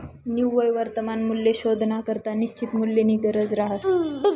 निव्वय वर्तमान मूल्य शोधानाकरता निश्चित मूल्यनी गरज रहास